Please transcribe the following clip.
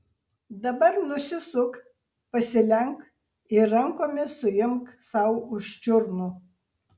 dabar nusisuk pasilenk ir rankomis suimk sau už čiurnų